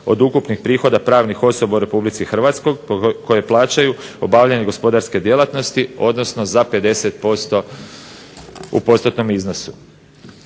od ukupnih prihoda pravnih osoba u Republici Hrvatskoj koje plaćaju obavljanje gospodarske djelatnosti odnosno za 50% u postotnom iznosu.